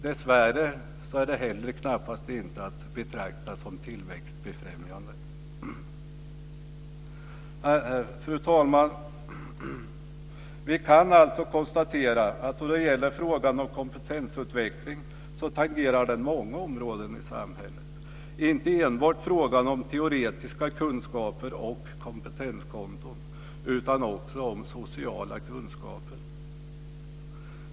Dessvärre är det knappast heller att betrakta som tillväxtbefrämjande. Fru talman! Vi kan alltså konstatera att frågan om kompetensutveckling tangerar många områden i samhället, inte enbart frågan om teoretiska kunskaper och kompetenskonton utan också frågan om sociala kunskaper.